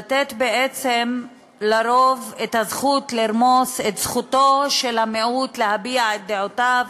לתת בעצם לרוב את הזכות לרמוס את זכותו של המיעוט להביע את דעותיו,